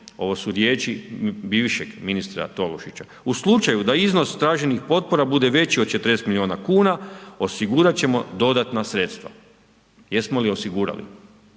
Ovo su riječi bivšeg ministra Tolušića „U slučaju da iznos traženih potpora bude veći od 40 milijuna kuna osigurat ćemo dodatna sredstva“. Jesmo li osigurali?